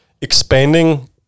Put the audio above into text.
expanding